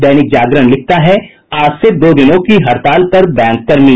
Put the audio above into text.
दैनिक जागरण लिखता है आज से दो दिनों की हड़ताल पर बैंककर्मी